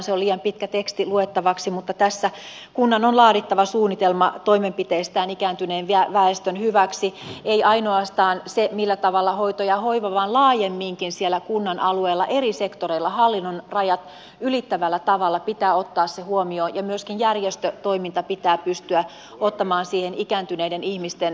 se on liian pitkä teksti luettavaksi mutta tässä kunnan on laadittava suunnitelma toimenpiteistään ikääntyneen väestön hyväksi ei ainoastaan siitä millä tavalla hoito ja hoiva taataan vaan laajemminkin siellä kunnan alueella eri sektoreilla hallinnonrajat ylittävällä tavalla pitää ottaa se huomioon ja myöskin järjestötoiminta pitää pystyä ottamaan siihen ikääntyneiden ihmisten